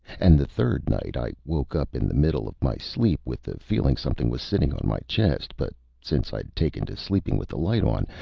and the third night, i woke up in the middle of my sleep with the feeling something was sitting on my chest but since i'd taken to sleeping with the light on,